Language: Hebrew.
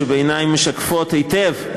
שבעיני משקפות היטב,